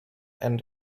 and